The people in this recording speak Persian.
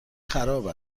خراب